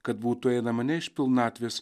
kad būtų einama ne iš pilnatvės